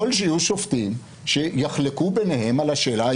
יכול שיהיו שופטים שיחלקו ביניהם על השאלה,